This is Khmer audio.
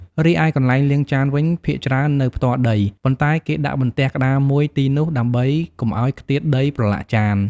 រីឯកន្លែងលាងចានវិញ ភាគច្រើននៅផ្ទាល់ដី ប៉ុន្តែគេដាក់បន្ទះក្ដារមួយទីនោះ ដើម្បីកុំឱ្យខ្ទាតដីប្រឡាក់ចាន។